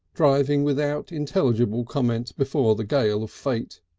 driving without intelligible comment before the gale of fate.